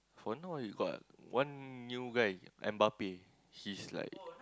for now he got one new guy and Bape he's like